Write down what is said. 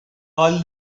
all